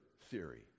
theory